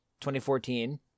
2014